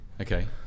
Okay